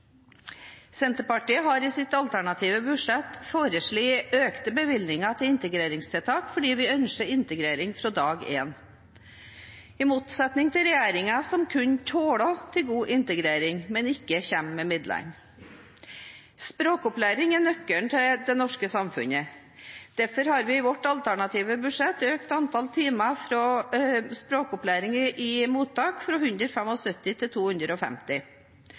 Senterpartiet har i sitt alternative budsjett foreslått økte bevilgninger til integreringstiltak fordi vi ønsker integrering fra dag én, i motsetning til regjeringen, som kun snakker om god integrering, men ikke kommer med midlene. Språkopplæring er nøkkelen til det norske samfunnet. Derfor har vi i vårt alternative budsjett økt antall timer til språkopplæring i mottak fra 175 til 250.